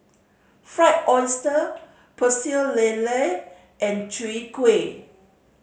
Fried Oyster Pecel Lele and Chwee Kueh